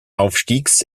aufstiegs